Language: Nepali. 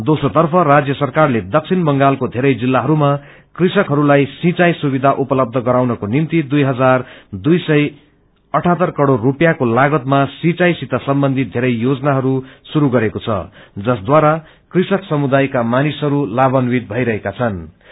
दोस्रो तर्फ राज्य सरकारले दक्षिण बंगालको वेरे जिल्लाहरूमा कृषकहस्लाई सिर्चाई सुविषा उपलबध गराउनस्रो निम्ति दुई हजार दुई सय अठत्तर करोड़ संपियाँको लागतमा सिंचाई सित सम्बन्धित धेरै योजनाहरू श्रुरू गरेको छ जसब्रारा कृषक समुदायका मानिसहरू लाभान्वित भईरहेका छनू